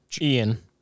Ian